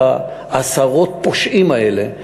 את עשרות הפושעים האלה,